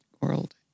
world